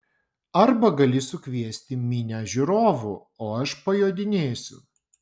arba gali sukviesti minią žiūrovų o aš pajodinėsiu